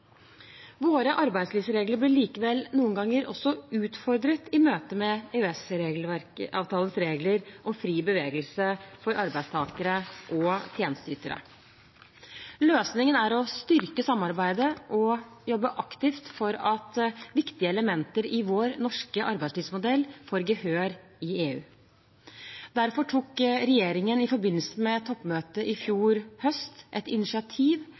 Våre arbeidslivsregler blir likevel noen ganger utfordret i møte med EØS-avtalens regler om fri bevegelse for arbeidstakere og tjenesteytere. Løsningen er å styrke samarbeidet og jobbe aktivt for at viktige elementer i vår norske arbeidslivsmodell får gehør i EU. Derfor tok regjeringen i forbindelse med toppmøtet i fjor høst et initiativ